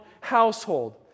household